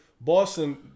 Boston